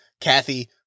Kathy